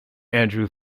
andrew